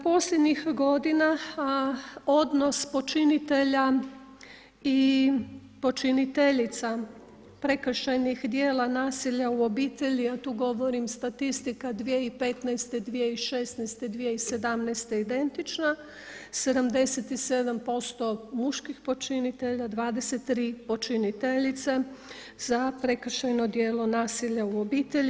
Posljednjih godina, a odnos počinitelja i počiniteljica prekršajnih djela nasilja u obitelji, a tu govorim statistika 2015., 2016., 2017. je identična, 77% muških počinitelja, 23 počiniteljice za prekršajno djelo nasilja u obitelji.